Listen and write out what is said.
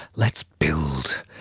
let's build,